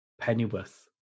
Pennyworth